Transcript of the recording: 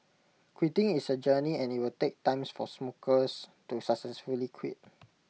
quitting is A journey and IT will take times for smokers to successfully quit